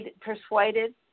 persuaded